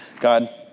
God